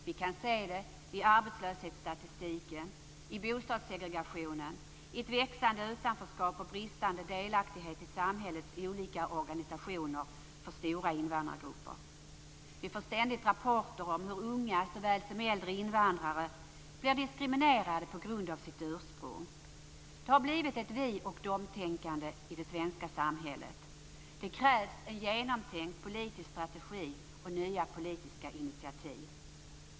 Vi kan se det i arbetslöshetsstatistiken, i bostadssegregationen, i ett växande utanförskap och bristande delaktighet i samhällets olika organisationer för stora invandrargrupper. Vi får ständigt rapporter om hur unga såväl som äldre invandrare blir diskriminerade på grund av sitt ursprung. Det har blivit ett vi-och-de-tänkande i det svenska samhället. Det krävs en genomtänkt politisk strategi och nya politiska initiativ.